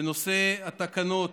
בנושא התקנות,